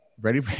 ready